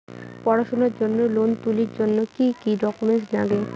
পড়াশুনার জন্যে লোন তুলির জন্যে কি কি ডকুমেন্টস নাগে?